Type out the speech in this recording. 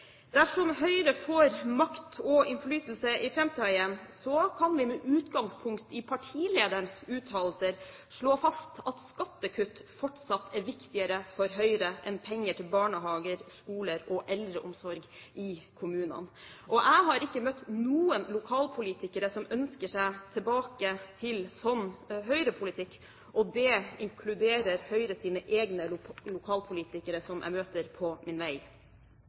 Dersom Høyre får makt og innflytelse i framtiden igjen, kan vi med utgangspunkt i partilederens uttalelser slå fast at skattekutt fortsatt er viktigere for Høyre enn penger til barnehager, skoler og eldreomsorg i kommunene. Jeg har ikke møtt noen lokalpolitikere som ønsker seg tilbake til en slik Høyre-politikk, og det inkluderer Høyres egne lokalpolitikere som jeg har møtt på min vei.